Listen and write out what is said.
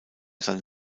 seine